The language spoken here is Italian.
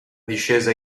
discesa